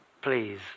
Please